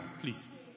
please